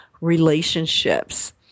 relationships